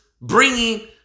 bringing